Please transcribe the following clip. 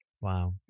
Wow